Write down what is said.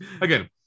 Again